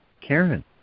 Karen